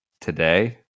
today